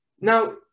Now